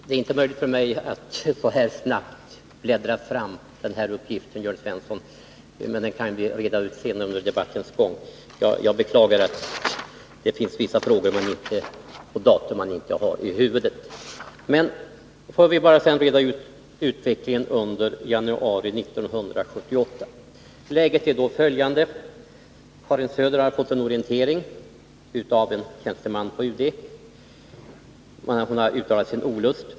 Fru talman! Det är inte möjligt för mig att så snabbt bläddra fram den uppgiften, Jörn Svensson. Jag beklagar att det är vissa datum jag inte har i huvudet. Det kan vi reda ut senare under debattens gång. Låt oss sedan bara reda ut utvecklingen under januari 1978! Läget är då följande: Karin Söder har fått en orientering av en tjänsteman på UD. Hon har uttalat sin olust.